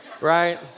right